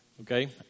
okay